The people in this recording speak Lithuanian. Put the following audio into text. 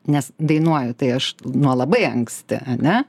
nes dainuoju tai aš nuo labai anksti ane